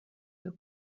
your